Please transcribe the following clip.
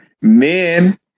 men